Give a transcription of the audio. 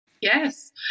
Yes